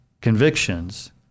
convictions